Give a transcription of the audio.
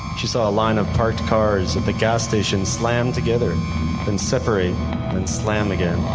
she saw a line of parked cars at the gas station slam together and separate and slam again.